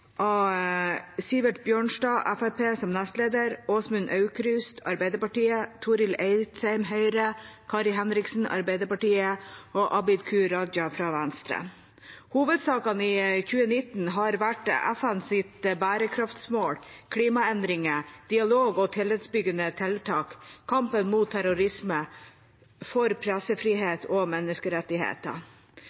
av, foruten meg selv, som er leder: Sivert Bjørnstad fra Fremskrittspartiet som nestleder, Åsmund Aukrust fra Arbeiderpartiet, Torill Eidsheim fra Høyre, Kari Henriksen fra Arbeiderpartiet og Abid Q. Raja fra Venstre. Hovedsakene i 2019 har vært FNs bærekraftsmål, klimaendringer, dialog og tillitsbyggende tiltak, kampen mot terrorisme og for pressefrihet og menneskerettigheter.